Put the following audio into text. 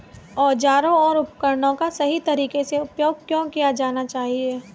औजारों और उपकरणों का सही तरीके से उपयोग क्यों किया जाना चाहिए?